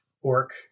orc